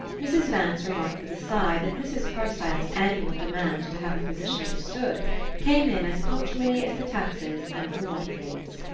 mrs. vance remarked with a sigh that mrs. carstyle's annual demand to have her position understood came in as punctually as the taxes and the water-rates.